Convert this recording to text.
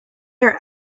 are